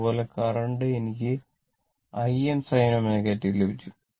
അതുപോലെ കറന്റിന് എനിക്ക് Im sin ω t ലഭിച്ചു